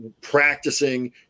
practicing